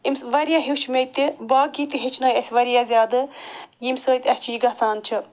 واریاہ ہیوٚچھ مےٚ تہِ باقٕے تہِ ہیٚچھنٲوۍ اَسہِ واریاہ زیادٕ ییٚمہِ سۭتۍ اَسہِ چھِ یہِ گژھان چھِ